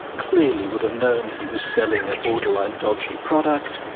clearly would have known he was selling a borderline dodgy product,